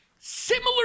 Similar